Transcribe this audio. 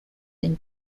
and